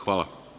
Hvala.